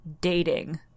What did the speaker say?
dating